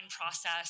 process